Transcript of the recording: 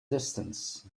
distance